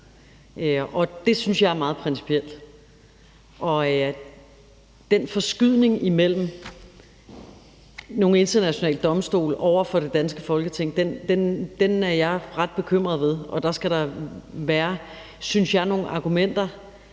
er. Det synes jeg er meget principielt. Og den forskydning mellem nogle internationale domstole over for det danske Folketing er jeg ret bekymret ved, og der skal der være, synes jeg, nogle argumenter